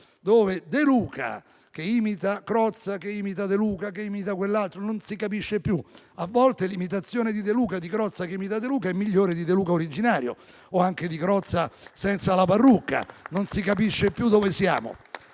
(dove De Luca imita Crozza, che imita De Luca, che imita quell'altro e non si capisce più; a volte, l'imitazione di Crozza che imita De Luca è migliore del De Luca originario o anche di Crozza senza la parrucca; insomma, non si capisce più dove siamo).